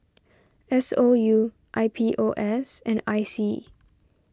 S O U I P O S and I C